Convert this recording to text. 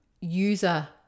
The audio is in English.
user